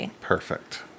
Perfect